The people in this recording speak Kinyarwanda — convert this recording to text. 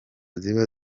ziba